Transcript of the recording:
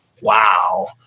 wow